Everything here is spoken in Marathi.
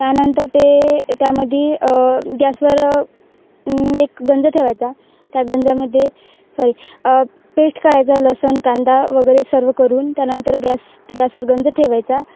त्यानंतर ते त्यामध्ये गॅसवर एक गंजं ठेवायचा त्या गंजामध्ये सॉरी पेस्ट काढायचा लसूण कांदा वगैरे सर्व करून त्यानंतर गॅस गॅसवर गंज ठेवायचा